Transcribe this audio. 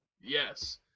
Yes